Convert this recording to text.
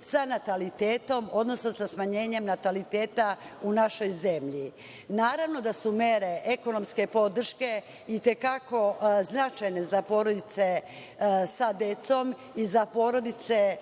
sa natalitetom, odnosno sa smanjenjem nataliteta u našoj zemlji. Naravno da su mere ekonomske podrške itekako značajne za porodice sa decom i za porodice